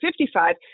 55